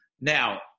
Now